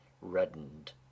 reddened